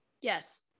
Yes